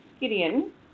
Gideon